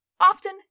often